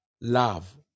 love